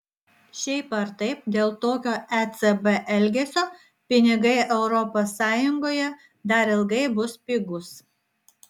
šiaip ar taip dėl tokio ecb elgesio pinigai europos sąjungoje dar ilgai bus pigūs